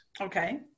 Okay